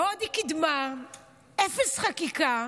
בעוד היא קידמה אפס חקיקה